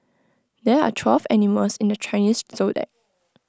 there are twelve animals in the Chinese Zodiac